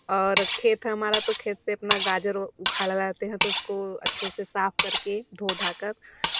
और खेत है हमारा तो खेत से अपना गाजर उखाड़ लाते हैं तो उसको अच्छे से साफ़ करके धो धाकर